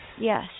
yes